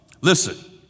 Listen